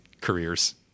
careers